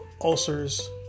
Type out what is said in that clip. ulcers